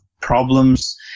problems